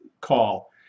call